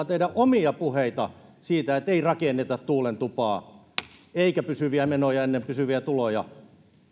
teidän omia puheitanne siitä että ei rakenneta tuulentupaa eikä pysyviä menoja ennen pysyviä tuloja